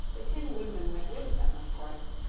the tin woodman went with them, of course,